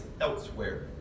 elsewhere